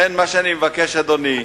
מה שאני מבקש, אדוני,